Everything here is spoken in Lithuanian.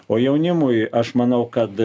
o jaunimui aš manau kad